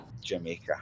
Jamaica